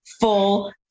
full